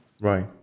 Right